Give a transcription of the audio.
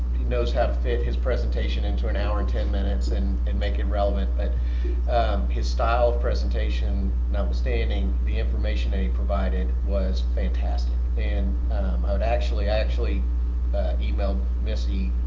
he knows how to fit his presentation into an hour and ten minutes and and make it relevant but his style of presentation notwithstanding the information that he provided was fantastic. and um i would actually i actually emailed missy